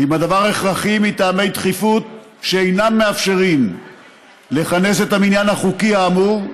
ואם הדבר הכרחי מטעמי דחיפות שאינם מאפשרים לכנס את המניין החוקי האמור,